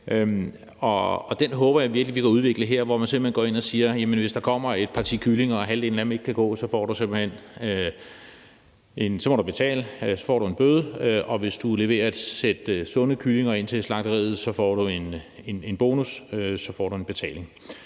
Den håber jeg virkelig at vi kan udvikle her, altså en model, hvor man simpelt hen går ind og siger, at hvis der kommer et parti kyllinger og halvdelen af dem ikke kan gå, må du betale, og så får du en bøde, men hvis du leverer et sæt sunde kyllinger ind til slagteriet, får du en bonus; så får du en betaling.